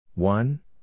One